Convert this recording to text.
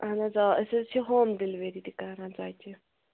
اَہَن حظ آ أسۍ حظ چھِ ہوم ڈیٚلؤری تہِ کَران ژۅچہِ